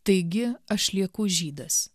taigi aš lieku žydas